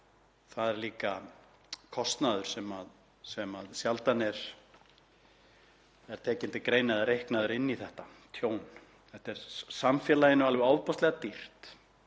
Það er líka kostnaður sem sjaldan er tekinn til greina eða reiknaður inn í þetta tjón. Þetta er samfélaginu alveg ofboðslega dýrt